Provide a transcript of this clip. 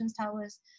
towers